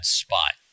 spot